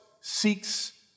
seeks